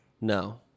No